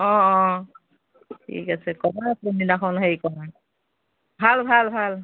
অঁ অঁ ঠিক আছে ক'বা কোনদিনাখন হেৰি কৰা ভাল ভাল ভাল